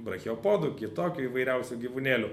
brachiopodų kitokių įvairiausių gyvūnėlių